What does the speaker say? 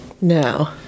No